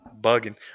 Bugging